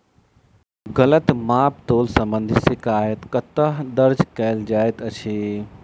गलत माप तोल संबंधी शिकायत कतह दर्ज कैल जाइत अछि?